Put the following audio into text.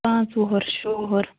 پانٛژٕ وُہَر شُہ وُہَر